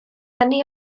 ngeni